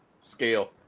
scale